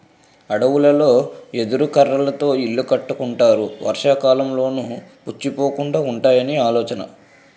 అడవులలో ఎదురు కర్రలతోనే ఇల్లు కట్టుకుంటారు వర్షాకాలంలోనూ పుచ్చిపోకుండా వుంటాయని ఆలోచన